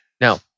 Now